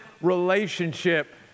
relationship